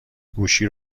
گوشی